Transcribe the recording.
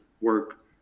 work